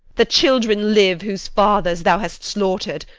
the children live whose fathers thou hast slaughter'd,